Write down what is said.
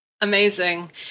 Amazing